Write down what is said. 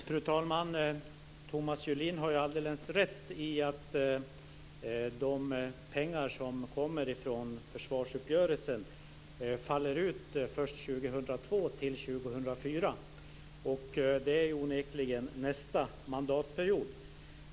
Fru talman! Thomas Julin har alldeles rätt i att de pengar som kommer från försvarsuppgörelsen faller ut först 2002-2004. Det är onekligen nästa mandatperiod.